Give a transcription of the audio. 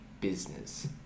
business